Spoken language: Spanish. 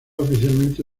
oficialmente